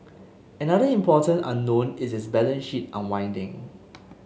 another important unknown is its balance sheet unwinding